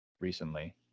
Recently